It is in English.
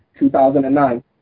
2009